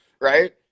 right